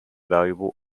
valuable